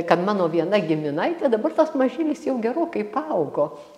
kad mano viena giminaitė dabar tas mažylis jau gerokai paaugo